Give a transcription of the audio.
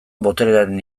boterearen